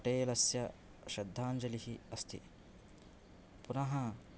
पटेलस्य श्रद्धाञ्जलिः अस्ति पुनः